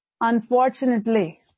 Unfortunately